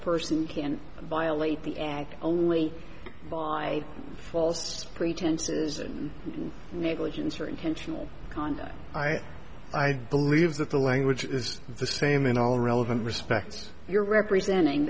person can violate the and only by false pretenses and negligence or intentional conduct i i believe that the language is the same in all relevant respects you're representing